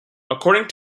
according